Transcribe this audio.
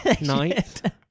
night